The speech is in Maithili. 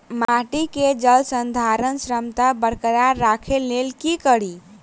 माटि केँ जलसंधारण क्षमता बरकरार राखै लेल की कड़ी?